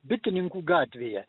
bitininkų gatvėje